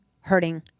hurting